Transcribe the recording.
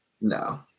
No